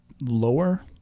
lower